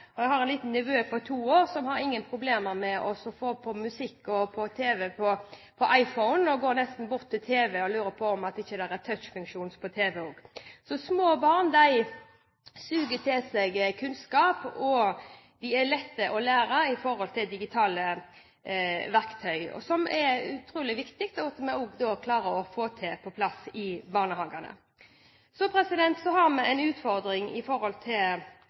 gamle. Jeg har en liten nevø på to år som ikke har noen problemer med å få på musikk og tv på iPhone og han går nesten bort til tv-en og lurer på om det ikke er touchfunksjon på tv-en også. Så små barn suger til seg kunnskap, og det er lett å lære dem å bruke digitale verktøy, som det er utrolig viktig at vi klarer å få på plass i barnehagene. Så har vi også en utfordring når det gjelder å få på plass vanlig kvalitet i